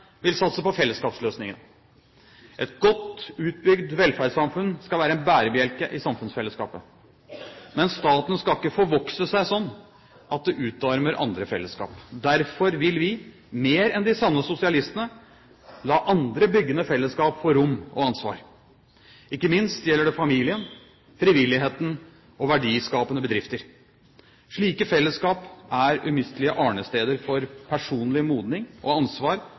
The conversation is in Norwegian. vil satse på fellesskapsløsningene. Et godt utbygd velferdssamfunn skal være en bærebjelke i samfunnsfellesskapet. Men staten skal ikke forvokse seg sånn at den utarmer andre fellesskap. Derfor vil vi – mer enn de sanne sosialistene – la andre byggende fellesskap få rom og ansvar. Ikke minst gjelder det familien, frivilligheten og verdiskapende bedrifter. Slike fellesskap er umistelige arnesteder for personlig modning og ansvar,